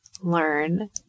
learn